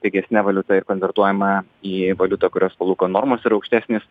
pigesne valiuta ir konvertuojama į valiutą kurios palūkanų normos yra aukštesnės